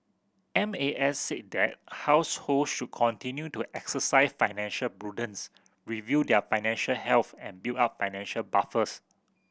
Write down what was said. M A S said that household should continue to exercise financial prudence review their financial health and build up financial buffers